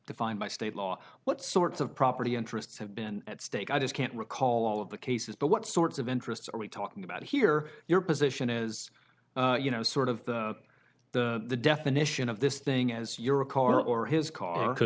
defined by state law what sorts of property interests have been at stake i just can't recall all of the cases but what sorts of interests are we talking about here your position is you know sort of the definition of this thing as you're a car or his car